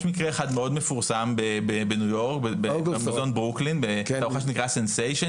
יש מקרה אחד מאוד מפורסם בניו יורק בברוקלין בתערוכה שנקראה "סנסיישן",